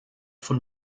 von